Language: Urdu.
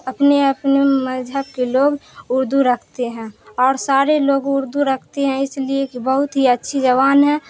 اپنے اپنے مذہب کے لوگ اردو رکھتے ہیں اور سارے لوگ اردو رکھتے ہیں اس لیے کہ بہت ہی اچھی زبان ہے